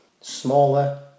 smaller